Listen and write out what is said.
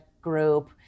group